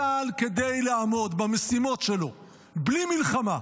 כדי לעמוד במשימות שלו בלי מלחמה,